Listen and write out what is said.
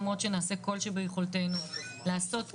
למרות שנעשה כל שביכולתנו לעשות כן.